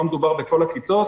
לא מדובר בכל הכיתות,